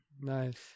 Nice